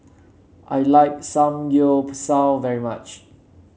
I like Samgyeopsal very much